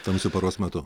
tamsiu paros metu